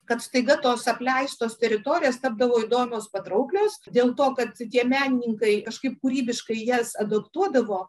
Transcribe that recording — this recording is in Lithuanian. kad staiga tos apleistos teritorijos tapdavo įdomios patrauklios dėl to kad tie menininkai kažkaip kūrybiškai jas adaptuodavo